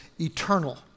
eternal